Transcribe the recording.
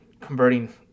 converting